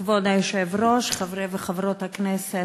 כבוד היושב-ראש, חברי וחברות הכנסת,